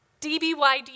DBYD